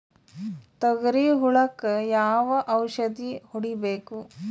ತೊಗರಿ ಹುಳಕ ಯಾವ ಔಷಧಿ ಹೋಡಿಬೇಕು?